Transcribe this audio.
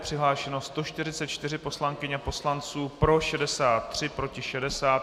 Přihlášeno 144 poslankyň a poslanců, pro 63, proti 60.